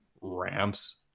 ramps